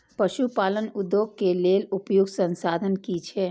पशु पालन उद्योग के लेल उपयुक्त संसाधन की छै?